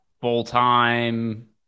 full-time